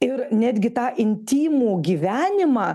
ir netgi tą intymų gyvenimą